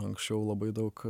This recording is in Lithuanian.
anksčiau labai daug